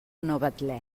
novetlè